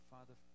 Father